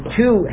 two